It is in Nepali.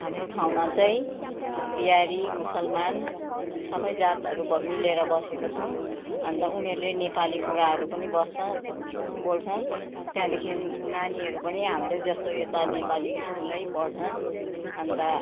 हाम्रो ठाउँमा चाहिँ बिहारी मुसलमान सबै जातहरू मिलेर बसेको छौँ अन्त उनीहरूले नेपालीको कुराहरू पनि बस्छ बोल्छ त्यहाँदेखि नानीहरू पनि हाम्रै जस्तो यता नेपाली स्कुलै पढ्छन् अन्त